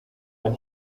when